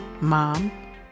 mom